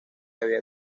había